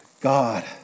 God